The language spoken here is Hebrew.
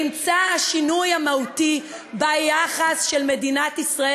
נמצא השינוי המהותי ביחס של מדינת ישראל